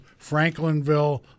Franklinville